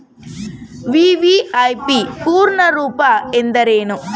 VVIP ಪೂರ್ಣ ರೂಪ ಎಂದರೇನು?